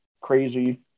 crazy